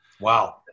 Wow